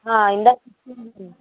ఇందాకిచ్చింది